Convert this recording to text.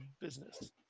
business